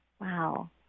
Wow